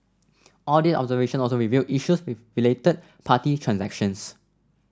audit observations also revealed issues with related party transactions